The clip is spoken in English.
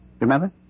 Remember